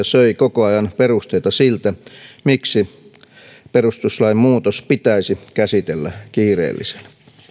söi koko ajan perusteita siltä miksi perustuslain muutos pitäisi käsitellä kiireellisenä